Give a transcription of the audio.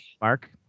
Mark